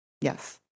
Yes